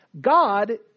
God